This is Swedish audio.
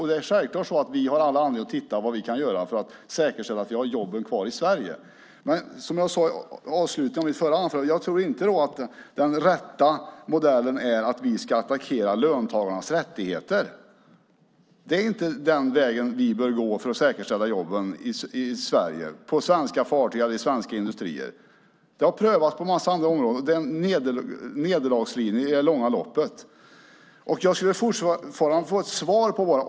Vi har självklart all anledning att titta på vad vi kan göra för att säkerställa att vi har jobben kvar i Sverige. Men som jag sade i avslutningen av mitt förra anförande tror jag inte att den rätta modellen är att vi ska attackera löntagarnas rättigheter. Det är inte den väg vi bör gå för att säkerställa jobben i Sverige på svenska fartyg eller i svenska industrier. Det har prövats på en massa andra områden. Det är ett nederlag i det långa loppet. Jag vill fortfarande ha ett svar.